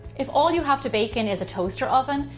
if all you have to bake in is a toaster oven,